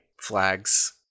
flags